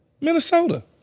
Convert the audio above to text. Minnesota